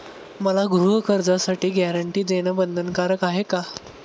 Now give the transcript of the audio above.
मला गृहकर्जासाठी गॅरंटी देणं बंधनकारक आहे का?